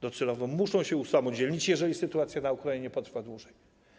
Docelowo muszą się usamodzielnić, jeżeli sytuacja na Ukrainie potrwa dłużej.